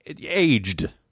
aged